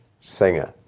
singer